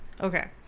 Okay